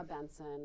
Benson